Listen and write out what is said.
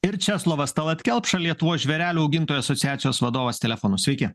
ir česlovas talat kelpša lietuvos žvėrelių augintojų asociacijos vadovas telefonu sveiki